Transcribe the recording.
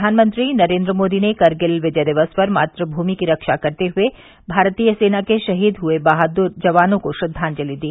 प्रधानमंत्री नरेन्द्र मोदी ने कारगिल विजय दिवस पर मात्भूमि की रक्षा करते हुए भारतीय सेना के शहीद हुए बहादुर जवानों को श्रद्वांजलि दी